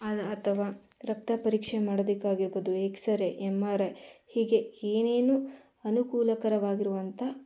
ಅದು ಅಥವಾ ರಕ್ತ ಪರೀಕ್ಷೆ ಮಾಡೋದಕ್ಕಾಗಿರ್ಬೊದು ಎಕ್ಸರೇ ಎಮ್ ಆರ್ ಐ ಹೀಗೆ ಏನೇನು ಅನೂಕೂಲಕರವಾಗಿರುವಂಥ